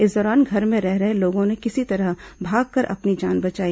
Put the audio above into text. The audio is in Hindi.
इस दौरान घर में रह रहे लोगों ने किसी तरह भागकर अपनी जान बचाई